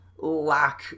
lack